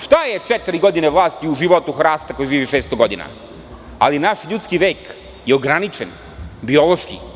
Šta je četiri godine vlasti u životu hrasta koji živi 600 godina, ali naš ljudski vek je ograničen biološki.